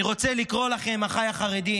אני רוצה לקרוא לכם, אחיי החרדים: